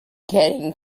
getting